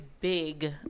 big